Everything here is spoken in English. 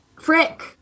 Frick